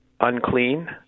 unclean